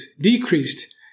decreased